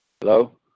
Hello